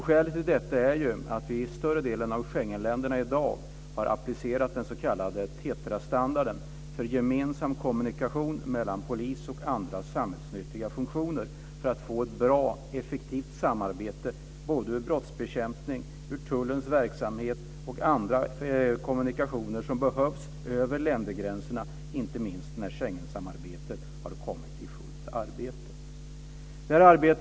Skälet till detta är att större delen av Schengenländerna i dag har applicerat den s.k. TETRA-standarden för gemensam kommunikation mellan polis och andra samhällsnyttiga funktioner för att få ett bra och effektivt samarbete både ur brottsbekämpningssynpunkt och vad gäller tullens verksamhet. Även andra behöver kommunikationer över landgränserna inte minst när Schengensamarbetet har kommit i gång helt och hållet.